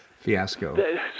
fiasco